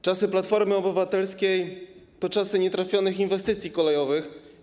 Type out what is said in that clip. Czasy Platformy Obywatelskiej to czasy nietrafionych inwestycji kolejowych.